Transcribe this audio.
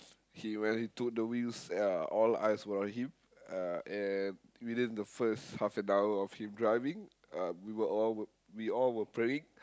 he when he took the wheels ya all eyes were on him uh and within the first half an hour of him driving uh we were all we all were praying